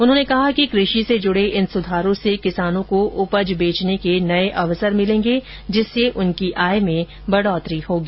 उन्होंने कहा कि कृषि से जुड़े इन सुधारों से किसानों को उपज बेचने के नये अवसर मिलेंगे जिससे उनकी आय में वृद्धि होगी